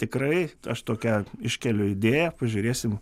tikrai aš tokią iškeliu idėją pažiūrėsim